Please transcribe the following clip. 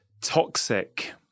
toxic